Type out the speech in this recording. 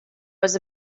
was